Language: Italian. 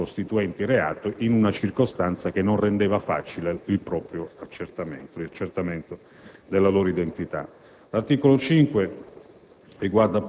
di fatti costituenti reato in una circostanza che non rendeva facile l'accertamento della loro identità. L'articolo 5